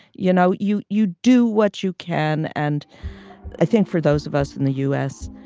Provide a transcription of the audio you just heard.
you know, you you do what you can and i think for those of us in the u s.